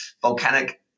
volcanic